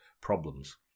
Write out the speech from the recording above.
problems